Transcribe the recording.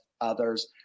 others